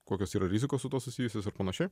kokios yra rizikos su tuo susijusios ir panašiai